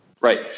Right